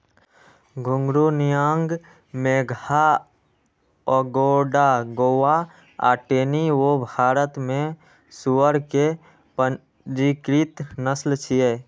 घूंघरू, नियांग मेघा, अगोंडा गोवा आ टेनी वो भारत मे सुअर के पंजीकृत नस्ल छियै